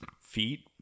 feet